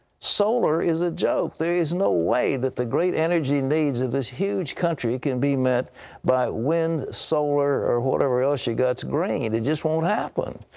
solar is a joke. there is no way that the great energy needs of this huge country can be met by wind, solar, or whatever else youve got thats green. it just won't happen.